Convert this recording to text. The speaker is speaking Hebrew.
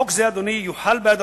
חוק זה, אדוני, יוחל בהדרגה,